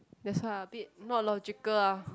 that's why I a bit not logical ah